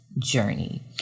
Journey